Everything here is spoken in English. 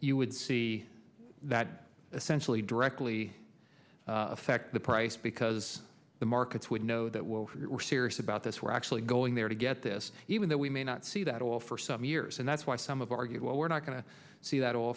you would see that essentially directly affect the price because the markets would know that we're serious about this we're actually going there to get this even though we may not see that all for some years and that's why some of argued well we're not going to see that all